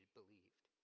believed